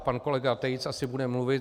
Pan kolega Tejc asi bude mluvit.